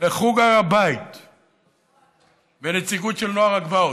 לחוג הבית ולנציגות של נוער הגבעות,